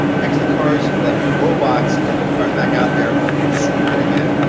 fix the cars like robots, get those cars back out there, and sweep it again.